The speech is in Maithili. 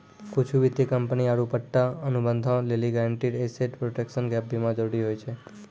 कुछु वित्तीय कंपनी आरु पट्टा अनुबंधो लेली गारंटीड एसेट प्रोटेक्शन गैप बीमा जरुरी होय छै